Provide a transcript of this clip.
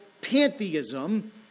pantheism